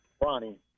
Bonnie